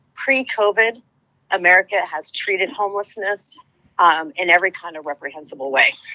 pre-covid america has treated homelessness um in every kind of reprehensible way.